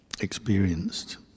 experienced